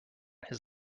his